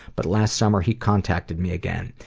but last summer he contacted me again.